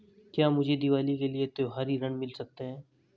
क्या मुझे दीवाली के लिए त्यौहारी ऋण मिल सकता है?